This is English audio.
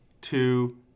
two